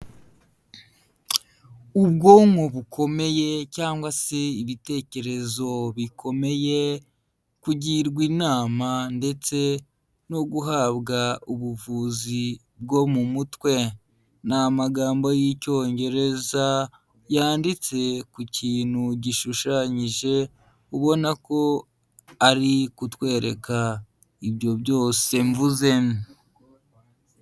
Ubwonko bukomeye cyangwa se ibitekerezo bikomeye, kugirwa inama ndetse no guhabwa ubuvuzi bwo mu mutwe, ni amagambo y'Icyongereza yanditse ku kintu gishushanyije ubona ko ari kutwereka ibyo byose mvuze.